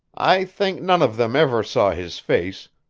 i think none of them ever saw his face,